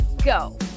go